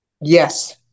Yes